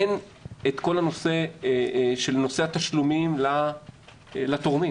אין את כל נושא התשלומים לתורמים.